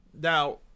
Now